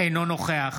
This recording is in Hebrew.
אינו נוכח